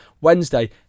wednesday